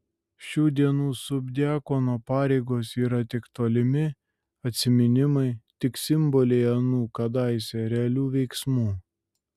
šių dienų subdiakono pareigos yra tik tolimi atsiminimai tik simboliai anų kadaise realių veiksmų